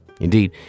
Indeed